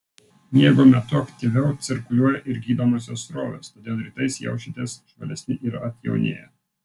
miego metu aktyviau cirkuliuoja ir gydomosios srovės todėl rytais jaučiatės žvalesni ir atjaunėję